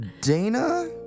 Dana